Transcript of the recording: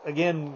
Again